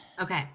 Okay